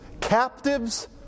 captives